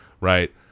right